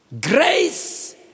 grace